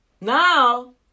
Now